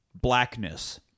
blackness